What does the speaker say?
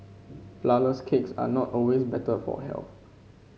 flourless cakes are not always better for health